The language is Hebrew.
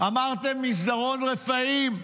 אמרתם "מסדרון רפאים"